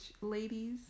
ladies